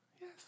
yes